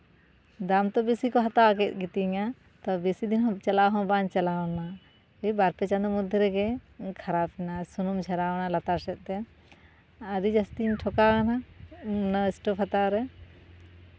ᱫᱟᱢ ᱫᱚ ᱵᱮᱥᱤ ᱠᱚ ᱦᱟᱛᱟᱣ ᱠᱮᱜ ᱜᱮᱛᱤᱧᱟ ᱛᱳ ᱵᱮᱥᱤ ᱫᱤᱱ ᱪᱟᱞᱟᱣ ᱦᱚᱸ ᱵᱟᱝ ᱪᱟᱞᱟᱣᱱᱟ ᱫᱤᱭᱮ ᱵᱟᱨᱯᱮ ᱪᱟᱸᱫᱳ ᱢᱚᱫᱽᱫᱷᱮ ᱨᱮᱜᱮ ᱠᱷᱟᱨᱟᱯ ᱮᱱᱟ ᱥᱩᱱᱩᱢ ᱡᱷᱟᱨᱟᱣ ᱮᱱᱟ ᱞᱟᱛᱟᱨ ᱥᱮᱜ ᱛᱮ ᱟᱹᱰᱤ ᱡᱟᱹᱥᱛᱤᱧ ᱴᱷᱚᱠᱟᱣ ᱮᱱᱟ ᱱᱚᱣᱟ ᱥᱴᱳᱵᱷ ᱦᱟᱛᱟᱣ ᱨᱮ